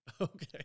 okay